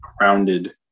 rounded